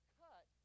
cut